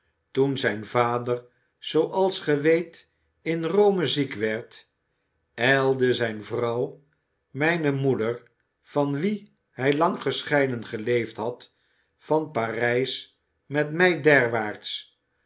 toen zijn vader zooals gij weet in rome ziek werd ijlde zijne vrouw mijne moeder van wie hij lang gescheiden geleefd had van parijs met mij